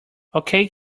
okay